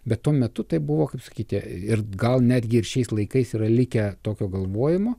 bet tuo metu tai buvo kaip sakyti ir gal netgi ir šiais laikais yra likę tokio galvojimo